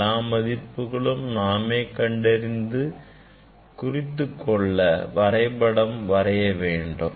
எல்லா மதிப்புகளையும் நாமே கண்டறிந்து குறித்துக் கொண்டு வரைபடம் வரைய வேண்டும்